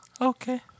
Okay